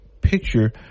picture